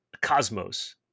Cosmos